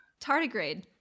Tardigrade